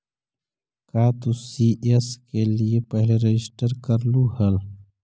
का तू सी.एस के लिए पहले रजिस्टर करलू हल